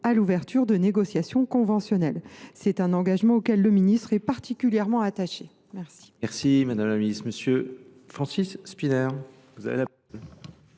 à l’ouverture de négociations conventionnelles ; c’est un engagement auquel le ministre est particulièrement attaché. La